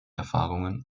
erfahrungen